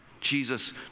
Jesus